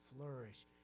flourish